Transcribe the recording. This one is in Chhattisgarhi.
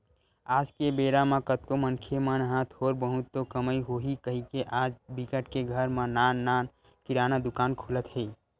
आज के बेरा म कतको मनखे मन ह थोर बहुत तो कमई होही कहिके आज बिकट के घर म नान नान किराना दुकान खुलत हे